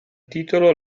titolo